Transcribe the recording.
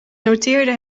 noteerde